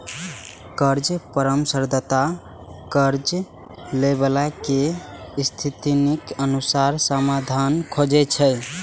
कर्ज परामर्शदाता कर्ज लैबला के स्थितिक अनुसार समाधान खोजै छै